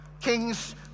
Kings